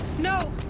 no!